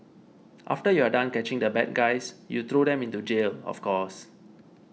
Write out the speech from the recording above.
after you are done catching the bad guys you throw them into jail of course